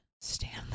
stand